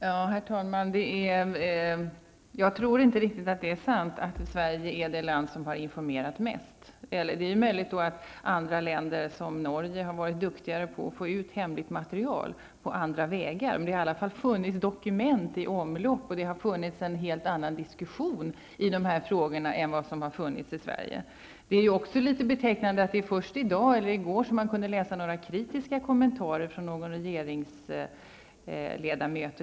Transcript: Herr talman! Jag tror inte riktigt att det är sant att Sverige är det land som har informerat mest. Det är möjligt att andra länder, t.ex. Norge, har varit duktigare på att få ut hemligt material på andra vägar. Det har i alla fall funnits dokument i omlopp, och det har varit en helt annan diskussion i dessa frågor än vad som har förekommit i Sverige. Det är också betecknande att det var först i går som man kunde läsa några kritiska kommentarer från en regeringsledamot.